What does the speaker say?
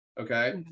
okay